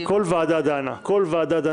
כ"ז באב התש"ף,